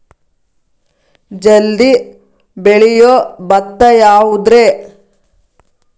ಜಲ್ದಿ ಬೆಳಿಯೊ ಭತ್ತ ಯಾವುದ್ರೇ?